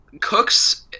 Cooks